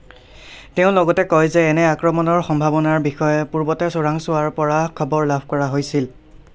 তেওঁ লগতে কয় যে এনে আক্ৰমণৰ সম্ভাৱনাৰ বিষয়ে পূৰ্বতে চোৰাংচোৱাৰ পৰা খবৰ লাভ কৰা হৈছিল